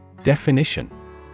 Definition